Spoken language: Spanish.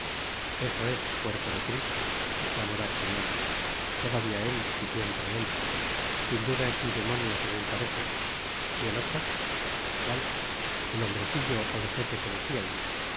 eso es cuerpo de cristo esclamó d'artagnan todavia él y siempre él sin duda es mi demonio segun parece y el otro cual el hombrecillo ó vejete que deciais oh